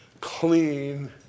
clean